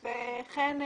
וכן,